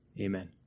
Amen